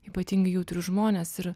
ypatingai jautrius žmones ir